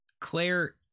Claire